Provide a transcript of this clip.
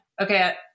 Okay